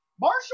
Marshall